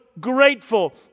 grateful